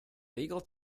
legal